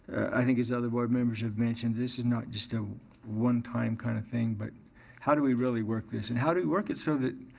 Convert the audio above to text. i think as other board members have mentioned this is not just a one time kind of thing but how do we really work this and how do we work it so that,